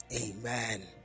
Amen